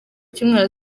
icyumweru